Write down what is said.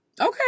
Okay